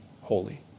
holy